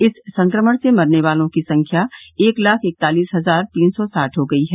इस संक्रमण से मरने वालों की संख्या एक लाख इकतालिस हजार तीन सौ साठ हो गई है